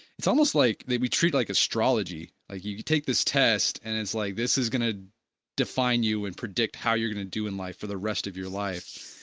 it's almost like they be treated like astrology, ah like you could take this test and it's like this is going to define you and predict how you're going to do in life for the rest of your life.